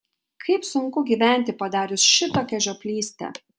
kaip sunku gyventi padarius šitokią žioplystę